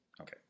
Okay